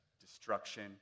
destruction